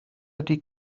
ydy